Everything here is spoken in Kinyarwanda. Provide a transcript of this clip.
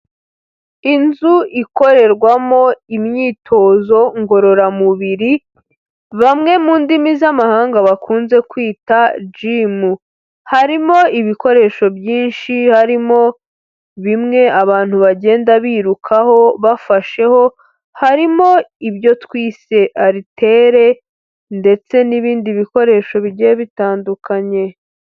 Inzu ikorerwamo imyitozo ngororamubiri, bamwe mu ndimi z'amahanga bakunze kwita Jimu, harimo ibikoresho byinshi harimo bimwe abantu bagenda birukaho, bafasheho, harimo ibyo twise alitere ndetse n'ibindi bikoresho bigiye bitandukanye.